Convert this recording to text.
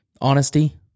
Honesty